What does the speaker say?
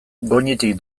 goñitik